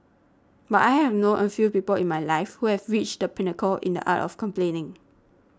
but I have known a few people in my life who have reached the pinnacle in the art of complaining